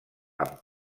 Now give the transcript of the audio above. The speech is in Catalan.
amb